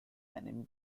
enemy